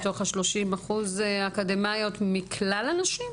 מתוך ה 30 אחוז האקדמאיות מכלל הנשים.